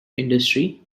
industry